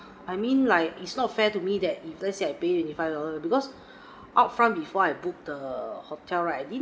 I mean like it's not fair to me that if let's say I pay twenty five dollars because upfront before I book the hotel right